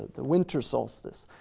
the winter solstice.